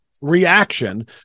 Reaction